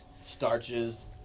starches